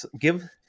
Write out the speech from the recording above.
give